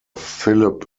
philip